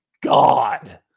God